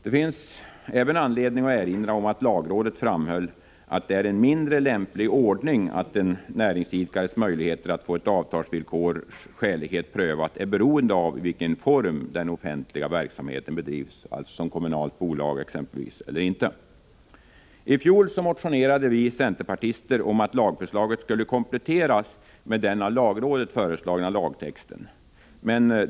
Det finns även anledning att erinra om att lagrådet framhöll att det är en mindre lämplig ordning att en näringsidkares möjligheter att få ett avtalsvillkors skälighet prövad är beroende av i vilken form den offentliga verksamheten bedrivs, dvs. exempelvis som kommunalt bolag eller inte. I fjol motionerade vi centerpartister om att lagförslaget skulle kompletteras med den av lagrådet föreslagna lagtexten.